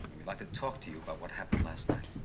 we'd like to talk to you about what happened last night,